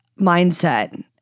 mindset